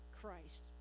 Christ